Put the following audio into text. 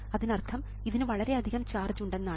അതിനർത്ഥം ഇതിന് വളരെയധികം ചാർജ് ഉണ്ടെന്നാണ്